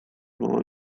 mama